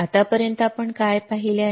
तर आत्तापर्यंत आपण काय पाहिले